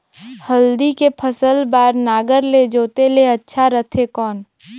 हल्दी के फसल बार नागर ले जोते ले अच्छा रथे कौन?